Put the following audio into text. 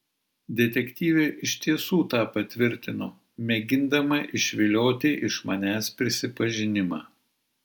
detektyvė iš tiesų tą patvirtino mėgindama išvilioti iš manęs prisipažinimą